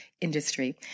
industry